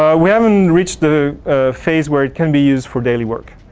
ah we haven't reached the phase where it can be used for daily work.